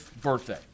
birthday